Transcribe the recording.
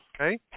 Okay